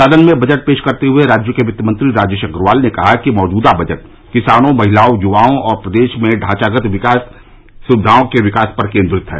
सदन में बजट पेश करते हए राज्य के वित्त मंत्री राजेश अग्रवाल ने कहा कि मौजूदा बजट किसानों महिलाओं युवाओं और प्रदेश में ढांचागत सुविधाओं के विकास पर केन्द्रित है